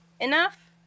enough